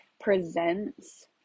presents